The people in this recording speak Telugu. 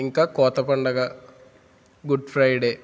ఇంకా కోత పండుగ గుడ్ ఫ్రైడే